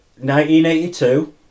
1982